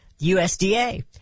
USDA